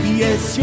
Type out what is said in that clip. yes